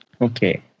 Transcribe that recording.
Okay